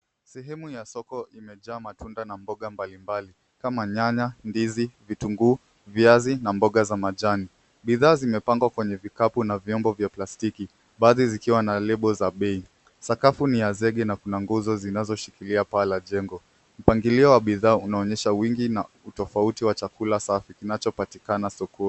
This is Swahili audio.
Sehemu ya soko imejaa matunda na mboga mbalimbali kama nyanya, ndizi, vitunguu, viazi na mboga za majani. Bidhaa zimepangwa kwenye vikapu na vyombovya plastiki baadhi zikiwa na lebo za bei. Sakafu ni ya zege na kuna nguzo zinazoshikilia paa la jengo. Mpangilio wa bidhaa unaonyesha wingi na utofauti wa chakula safi kinachopatikana sokoni.